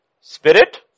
Spirit